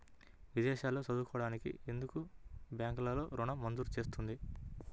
విదేశాల్లో చదువుకోవడానికి ఎందుకు బ్యాంక్లలో ఋణం మంజూరు చేస్తుంది?